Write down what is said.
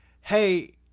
hey